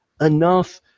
enough